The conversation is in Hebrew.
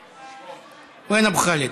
(אומר בערבית: איפה אבו חאלד?)